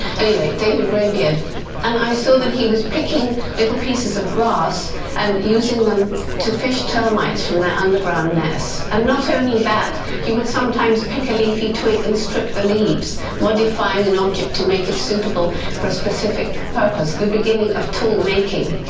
anyway, david greybeard and i saw that he was picking little pieces of grass and using them to fish termites from their underground nest. and not only that he would sometimes pick a leafy twig and strip the leaves modifying an object to make it suitable for a specific purpose the beginning of tool-making.